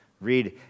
read